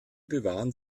bewahren